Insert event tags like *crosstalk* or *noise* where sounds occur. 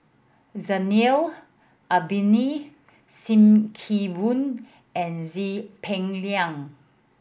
Zainal Abidin Sim Kee Boon and *unintelligible* Peng Liang